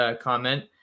comment